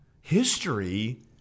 history